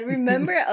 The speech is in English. Remember